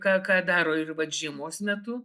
ką ką daro ir vat žiemos metu